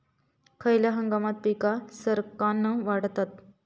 खयल्या हंगामात पीका सरक्कान वाढतत?